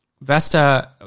Vesta